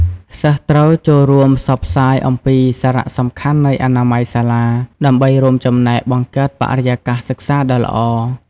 សិស្សត្រូវចូលរួមផ្សព្វផ្សាយអំពីសារៈសំខាន់នៃអនាម័យសាលា ដើម្បីរួមចំណែកបង្កើតបរិយាកាសសិក្សាដ៏ល្អ។